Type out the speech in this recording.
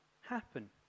happen